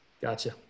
gotcha